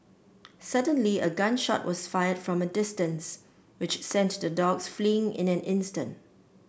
suddenly a gun shot was fired from a distance which sent the dogs fleeing in an instant